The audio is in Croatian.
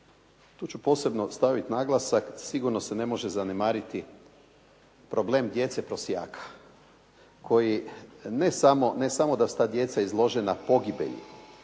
tu ću posebno stavit naglasak, sigurno se ne može zanemariti problem djece prosjaka koji ne samo da su ta djeca izložena pogibelji,